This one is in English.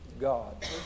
God